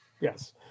Yes